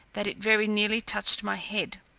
that it very nearly touched my head,